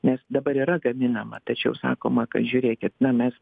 nes dabar yra gaminama tačiau sakoma kad žiūrėkit na mes